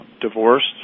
divorced